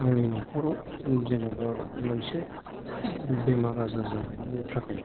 आंनि नखराव जेन'बा मोनसे बेमार आजार जानायनि थाखाय